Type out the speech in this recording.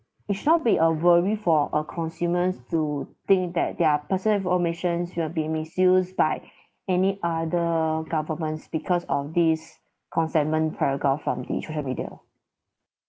it should not be a worry for a consumer to think that their personal informations will be misused by any other governments because of this consentment paragraph from the social media